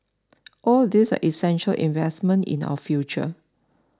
all these are essential investments in our future